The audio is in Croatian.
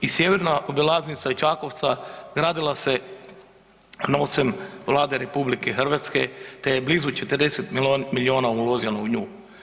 I sjeverna obilaznica Čakovca gradila se novcem Vlade RH te je blizu 40 milijuna uloženo u nju.